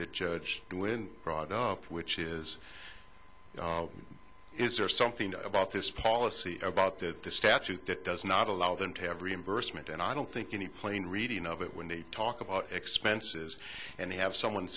the judge when brought up which is is there something about this policy about the statute that does not allow them to have reimbursement and i don't think any plain reading of it when they talk about expenses and have someone